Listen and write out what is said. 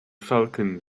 falcon